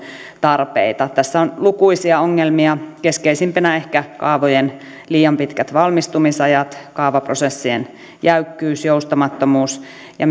tarpeita tässä on lukuisia ongelmia keskeisimpinä ehkä kaavojen liian pitkät valmistumisajat kaavaprosessien jäykkyys joustamattomuus ja